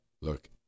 look